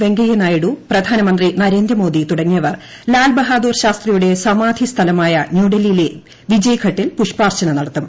വെങ്കയ്യനായിഡു പ്രധാനമന്ത്രി നരേന്ദ്രമോദി തുടങ്ങിയവർ ലാൽബഹാദൂർ ശാസ്ത്രിയുടെ സമാധി സ്ഥലമായ ന്യൂഡൽഹിയിലെ വിജയ്ഘട്ടിൽ പുഷ്പാർച്ചന നടത്തും